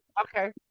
okay